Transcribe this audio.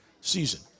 season